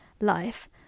life